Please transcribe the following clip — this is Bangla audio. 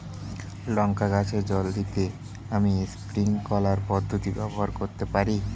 লঙ্কা গাছে জল দিতে আমি স্প্রিংকলার পদ্ধতি ব্যবহার করতে পারি?